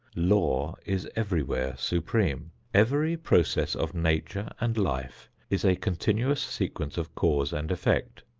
law is everywhere supreme. every process of nature and life is a continuous sequence of cause and effect.